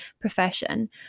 profession